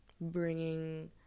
bringing